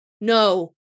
no